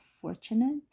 fortunate